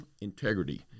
integrity